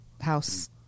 house